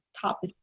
top